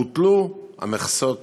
בוטלו המכסות